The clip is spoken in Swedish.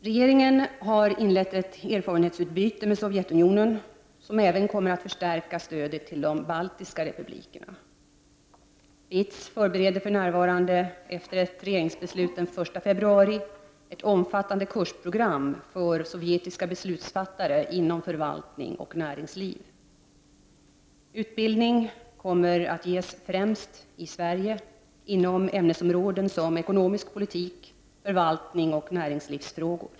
Regeringen har inlett ett erfarenhetsutbyte med Sovjetunionen, som även kommer att förstärka stödet till de baltiska republikerna. BITS bereder för närvarande, efter ett regeringsbeslut den 1 februari, ett omfattande kursprogram för sovjetiska beslutsfattare inom förvaltningen och näringsliv. Utbildning kommer att ges främst i Sverige inom ämnesområden som ekonomisk politik, förvaltning och näringslivsfrågor.